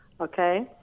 okay